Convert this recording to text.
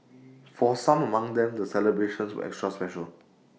for some among them the celebrations were extra special